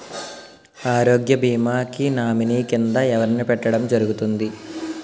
ఆరోగ్య భీమా కి నామినీ కిందా ఎవరిని పెట్టడం జరుగతుంది?